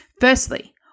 Firstly